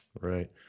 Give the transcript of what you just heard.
Right